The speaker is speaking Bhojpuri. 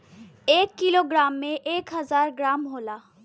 एक कीलो ग्राम में एक हजार ग्राम होला